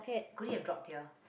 could it have dropped here